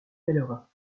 pèlerins